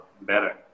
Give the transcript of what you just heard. better